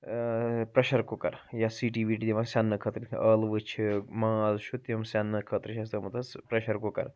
ٲں pressure cooker یا سیٹی ویٹی دِوان سیٚننہٕ خٲطرٕ تہٕ ٲلوٕ چھِ ماز چھُ تِم سیٚننہٕ خٲطرٕ چھُ اسہِ تھوٚمُت حظ پرٛیٚشَر کُکَر